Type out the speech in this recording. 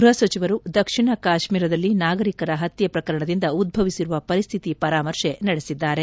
ಗೃಹ ಸಚಿವರು ದಕ್ಷಿಣ ಕಾಶ್ಮೀರದಲ್ಲಿ ನಾಗರಿಕರ ಹತ್ಯೆ ಪ್ರಕರಣದಿಂದ ಉದ್ದವಿಸಿರುವ ಪರಿಸ್ಥಿತಿ ಪರಾಮರ್ಶೆ ನಡೆಸಿದ್ದಾರೆ